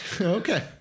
Okay